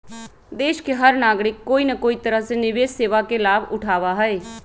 देश के हर नागरिक कोई न कोई तरह से निवेश सेवा के लाभ उठावा हई